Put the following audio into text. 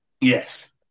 Yes